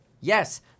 Yes